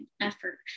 effort